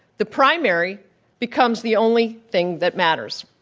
the primary becomes the only thing that matters.